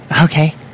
Okay